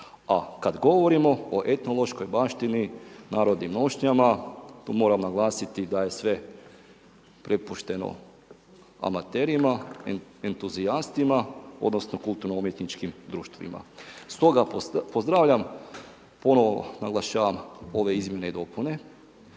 A kad govorimo o etnološkoj baštini, narodu i nošnjama, tu moram naglasiti da je sve prepušteno amaterima, entuzijastima odnosno kulturno umjetničkim društvima. Stoga pozdravljam i ponovno naglašavam ove izmjene i dopune